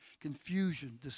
confusion